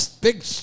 big